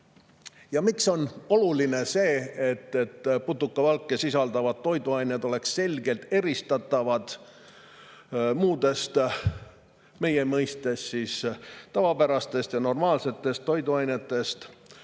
Miks on see oluline, et putukavalke sisaldavad toiduained oleksid selgelt eristatavad muudest, meie mõistes tavapärastest ja normaalsetest toiduainetest?